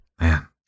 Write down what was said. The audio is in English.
Man